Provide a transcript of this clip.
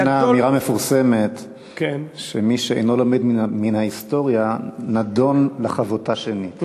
יש אמירה מפורסמת שמי שאינו לומד מן ההיסטוריה נידון לחוותה שנית.